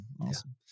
awesome